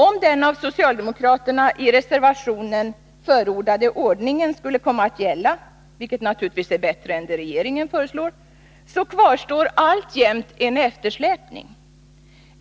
Om den av socialdemokraterna i reservationen förordade ordningen skulle komma att gälla, vilket naturligtvis är bättre än det regeringen föreslår, kvarstår alltjämt en eftersläpning.